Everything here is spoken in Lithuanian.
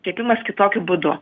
kepimas kitokiu būdu